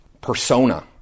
persona